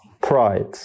pride